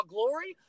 Glory